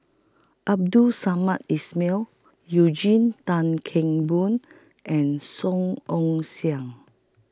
Abdul Samad Ismail Eugene Tan Kheng Boon and Song Ong Siang